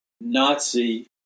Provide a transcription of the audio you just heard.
Nazi